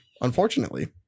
unfortunately